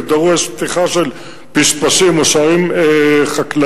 זה דורש פתיחה של פשפשים או שערים חקלאיים.